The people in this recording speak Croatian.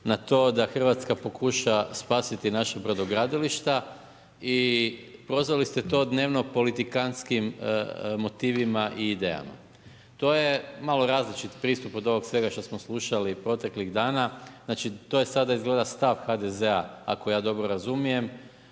na to da RH pokuša spasiti naša brodogradilišta i prozvali dnevno politikantskim motivima i idejama. To je malo različit pristup od ovog svega što smo slušali proteklih dana. Znači, to je sada izgleda stav HDZ-a ako ja dobro razumijem